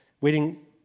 Waiting